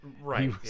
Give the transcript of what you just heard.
Right